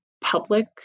public